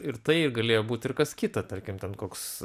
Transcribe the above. ir tai galėjo būt ir kas kita tarkim ten koks